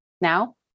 now